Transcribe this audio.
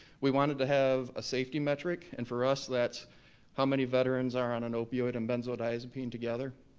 we wanted to have a safety metric, and for us that's how many veterans are on an opioid and benzodiazepine together?